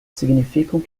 significam